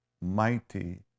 mighty